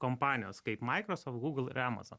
kompanijos kaip microsoft google ir amazon